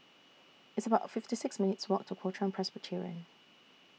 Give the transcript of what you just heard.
It's about fifty six minutes' Walk to Kuo Chuan Presbyterian